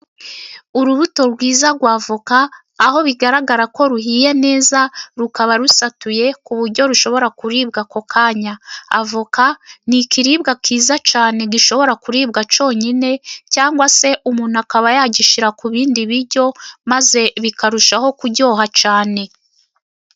Urubuto rwiza rw'avoka aho bigaragara ko ruhiye neza, rukaba rusatuye ku buryo rushobora kuribwa ako kanya, avoka ni ikiribwa cyiza cyane gishobora kuribwa cyonyine, cyangwa se umuntu akaba yagishyira ku bindi biryo maze bikarushaho kuryoha cyane.